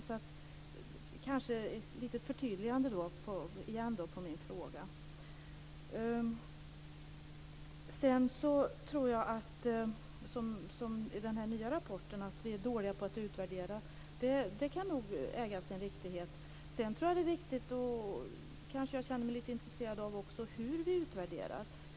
Jag skulle vilja ha ett litet förtydligande när det gäller min fråga. När det gäller den nya rapporten och att vi är dåliga på att utvärdera kan nog det äga sin riktighet. Jag tror att detta är viktigt, och jag känner mig också intresserad av hur vi utvärderar.